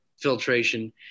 filtration